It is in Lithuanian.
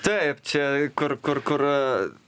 taip čia kur kur kur